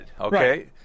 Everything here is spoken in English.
okay